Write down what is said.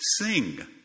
Sing